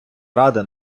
ради